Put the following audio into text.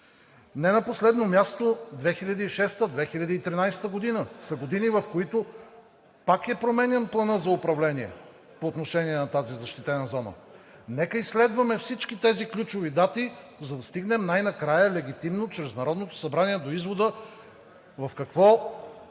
Не на последно място, 2006-а – 2013 г. са години, в които пак е променян Планът за управление по отношение на тази защитена зона. Нека изследваме всички тези ключови дати, за да стигнем най накрая легитимно чрез Народното събрание до извода: в какво сме виновни